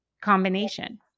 combination